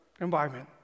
environment